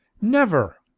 never!